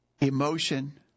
emotion